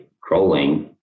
crawling